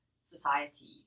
society